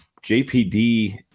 JPD